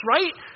Right